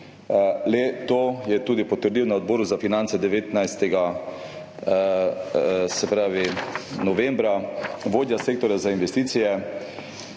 Le-to je potrdil na Odboru za finance 19. novembra tudi vodja sektorja za investicije,